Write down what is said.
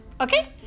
Okay